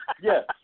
Yes